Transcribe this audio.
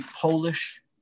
Polish